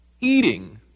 Eating